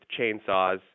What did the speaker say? chainsaws